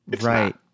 Right